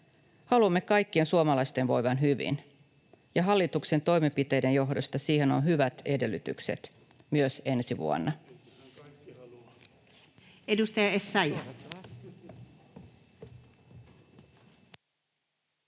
Haluamme kaikkien suomalaisten voivan hyvin, ja hallituksen toimenpiteiden johdosta siihen on hyvät edellytykset myös ensi vuonna.